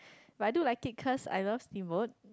but I do like it cause I love steamboat